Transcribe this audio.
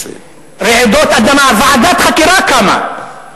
רעידות אדמה, ועדת חקירה קמה,